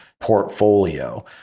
portfolio